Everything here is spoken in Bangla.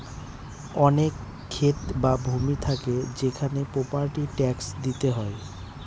অনেক ক্ষেত বা ভূমি থাকে সেখানে প্রপার্টি ট্যাক্স দিতে হয়